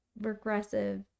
regressive